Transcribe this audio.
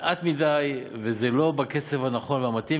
מעט מדי וזה לא בקצב הנכון והמתאים,